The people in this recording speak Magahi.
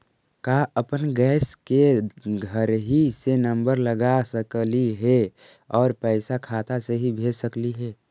का अपन गैस के घरही से नम्बर लगा सकली हे और पैसा खाता से ही भेज सकली हे?